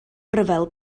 ryfel